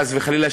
חס וחלילה,